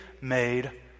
made